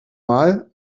mal